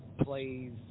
plays